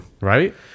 Right